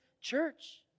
church